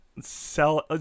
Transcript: sell